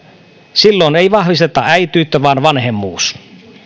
silloin ei vahvisteta äitiyttä vaan vanhemmuus